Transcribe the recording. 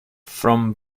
from